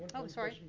i'm sorry.